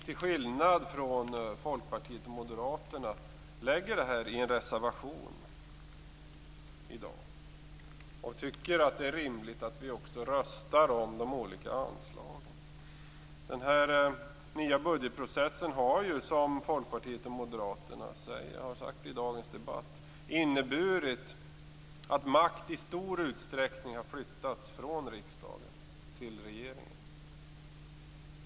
Till skillnad från Folkpartiet och Moderaterna lägger vi fram dessa förslag i en reservation. Vi tycker också att det är rimligt att rösta om de olika anslagen. Som Folkpartiet och Moderaterna har framhållit i dagens debatt innebär den nya budgetprocessen att makt i stor utsträckning har flyttat från riksdagen till regeringen.